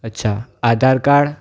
અચ્છા આધાર કાર્ડ